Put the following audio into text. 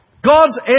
God's